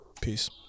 peace